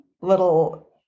little